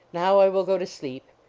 now i will go to sleep.